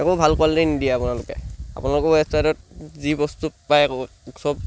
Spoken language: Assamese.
একো ভাল কোৱালিটী নিদিয়ে আপোনালোকে আপোনালোকৰ ৱেবছাইটত যি বস্তু পায় চব